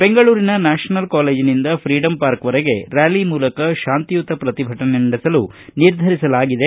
ಬೆಂಗಳೂರಿನ ನ್ಥಾಷನಲ್ ಕಾಲೇಜಿನಿಂದ ಫ್ರೀಡಂಪಾರ್ಕ್ವರೆಗೆ ರ್ಜಾಲಿ ಮೂಲಕ ಶಾಂತಿಯುತ ಪ್ರತಿಭಟನೆ ನಡೆಸಲು ನಿರ್ಧರಿಸಲಾಗಿದೆ